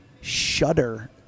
shudder